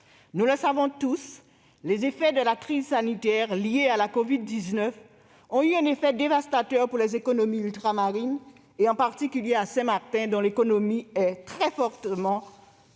Nous le savons tous, les effets de la crise sanitaire liée à la covid-19 ont eu un effet dévastateur sur les économies ultramarines, en particulier à Saint-Martin, qui dépend très fortement du